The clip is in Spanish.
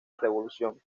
revolución